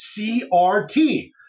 CRT